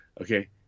Okay